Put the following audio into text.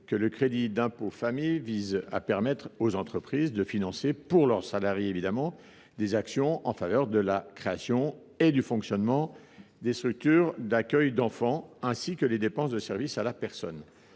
Je le rappelle, le Cifam vise à permettre aux entreprises de financer, pour leurs salariés, des actions en faveur de la création et du fonctionnement des structures d’accueil d’enfants, ainsi que les dépenses de service à la personne.